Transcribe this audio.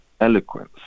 eloquence